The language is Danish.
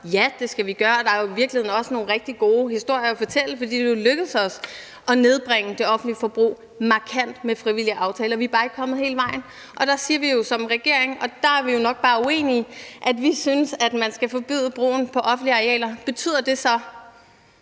Ja, det skal vi gøre. Der er i virkeligheden også nogle rigtig gode historier at fortælle, for det er jo lykkedes os at nedbringe det offentlige forbrug markant med frivillige aftaler. Vi er bare ikke kommet hele vejen. Der siger vi jo som regering – og der er vi jo nok bare uenige – at vi synes, at man skal forbyde brugen på offentlige arealer. Betyder det så,